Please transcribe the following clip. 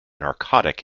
narcotic